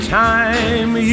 time